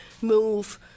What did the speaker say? move